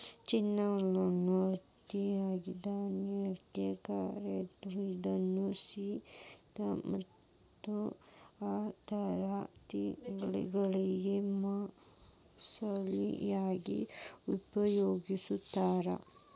cinnamon ಅಂತೇಳಿ ದಾಲ್ಚಿನ್ನಿಗೆ ಕರೇತಾರ, ಇದನ್ನ ಸಿಹಿ ಮತ್ತ ಖಾರದ ತಿನಿಸಗಳಲ್ಲಿ ಮಸಾಲಿ ಯಾಗಿ ಉಪಯೋಗಸ್ತಾರ